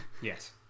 yes